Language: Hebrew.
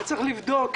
צריך לבדוק.